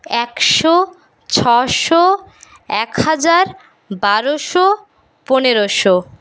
একশো ছয়শো এক হাজার বারোশো পনেরোশো